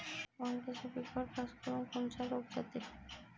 वांग्याच्या पिकावर खासकरुन कोनचा रोग जाते?